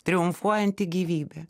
triumfuojanti gyvybė